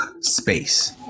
space